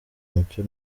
mucyo